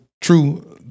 true